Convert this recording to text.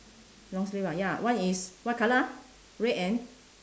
long sleeve ah ya one is what colour ah red and